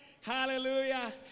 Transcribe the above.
Hallelujah